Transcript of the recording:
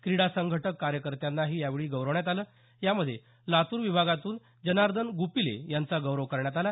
क्रीडा संघटक कार्यकर्त्यांनाही यावेळी गौरवण्यात आलं यामध्ये लातूर विभागातून जर्नादन गुपिले यांचा गौरव करण्यात आला